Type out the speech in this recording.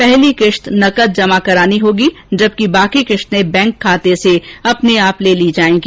पहली किश्त नकद जमा करानी होगी जबकि बाकी किश्तें बैंक खाते से अपने आप ले ली जायेगी